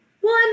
one